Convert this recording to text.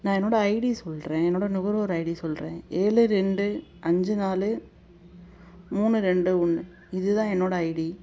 நான் என்னோட ஐடி சொல்கிறேன் என்னோடய நுகர்வோர் ஐடி சொல்கிறேன் ஏழு ரெண்டு அஞ்சு நாலு மூணு ரெண்டு ஒன்று இது தான் என்னோடய ஐடி